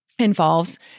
involves